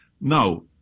now